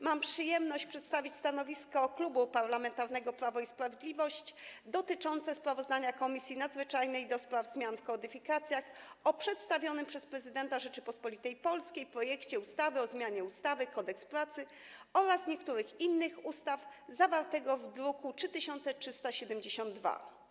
Mam przyjemność przedstawić stanowisko Klubu Parlamentarnego Prawo i Sprawiedliwość dotyczące sprawozdania Komisji Nadzwyczajnej do spraw zmian w kodyfikacjach o przedstawionym przez prezydenta Rzeczypospolitej Polskiej projekcie ustawy o zmianie ustawy Kodeks pracy oraz niektórych innych ustaw zawartego w druku nr 3372.